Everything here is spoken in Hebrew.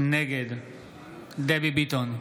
נגד דבי ביטון,